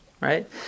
right